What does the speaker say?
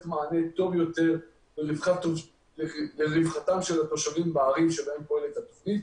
מענה טוב יותר לרווחתם של התושבים בערים שבהן פועלת התוכנית.